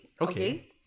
Okay